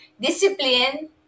discipline